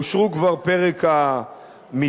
אושרו כבר פרק המסים,